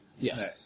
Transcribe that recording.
Yes